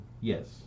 yes